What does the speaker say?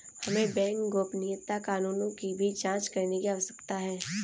हमें बैंक गोपनीयता कानूनों की भी जांच करने की आवश्यकता है